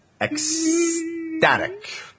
ecstatic